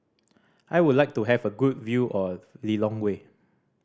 I would like to have a good view of Lilongwe